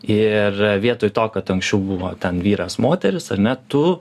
ir vietoj to kad anksčiau buvo ten vyras moteris ar ne tu